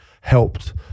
helped